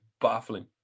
baffling